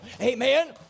Amen